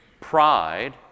Pride